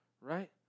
right